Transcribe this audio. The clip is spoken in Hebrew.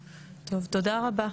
טוב, תודה רבה.